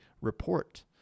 report